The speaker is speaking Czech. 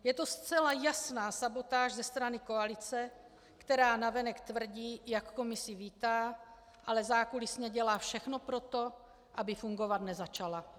Je to zcela jasná sabotáž ze strany koalice, která navenek tvrdí, jak komisi vítá, ale zákulisně dělá všechno pro to, aby fungovat nezačala.